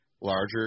larger